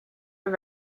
are